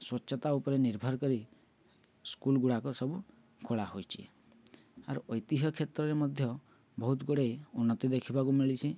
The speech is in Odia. ସ୍ୱଚ୍ଛତା ଉପରେ ନିର୍ଭର କରି ସ୍କୁଲ୍ ଗୁଡ଼ାକ ସବୁ ଖୋଲା ହୋଇଛି ଆର୍ ଐତିହ୍ୟ କ୍ଷେତ୍ରରେ ମଧ୍ୟ ବହୁତ ଗୁଡ଼େ ଉନ୍ନତି ଦେଖିବାକୁ ମିଳିଛି